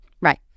Right